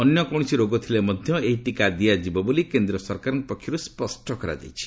ଅନ୍ୟ କୌଣସି ରୋଗ ଥିଲେ ମଧ୍ୟ ଏହି ଟିକା ଦିଆଯିବ ବୋଲି କେନ୍ଦ୍ର ସରକାରଙ୍କ ପକ୍ଷରୁ ସ୍ୱଷ୍ଟ କରାଯାଇଛି